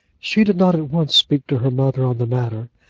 she did not at once speak to her mother on the matter,